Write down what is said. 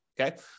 okay